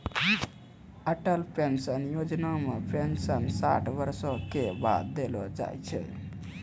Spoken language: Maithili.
अटल पेंशन योजना मे पेंशन साठ बरसो के बाद देलो जाय छै